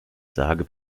sage